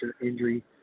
injury